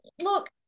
look